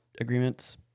agreements